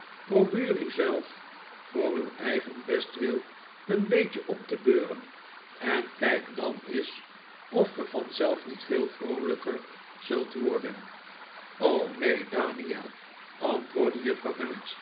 probeer u zelf voor uw eigen bestwil een beetje op te beuren en kijk dan eens of ge vanzelf niet veel vroolijker zult worden och neen daniel antwoordde juffrouw